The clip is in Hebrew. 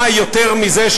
מה יותר מזה?